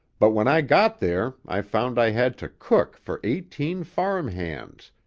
but when i got there i found i had to cook for eighteen farm-hands,